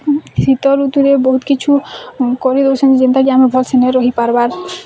ଶୀତଋତ ରେ ବହୁତ୍ କିଛୁ କରିଦେଉଛନ୍ ଯେ ଯେନ୍ତା କି ଆମେ ଭଲସେ ନ ରହି ପାରବାର୍